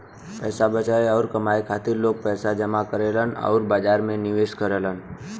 पैसा बचावे आउर कमाए खातिर लोग पैसा जमा करलन आउर बाजार में निवेश करलन